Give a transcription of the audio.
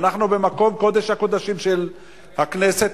ואנחנו במקום קודש הקודשים של הכנסת,